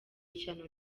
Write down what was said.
ishyano